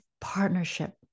partnership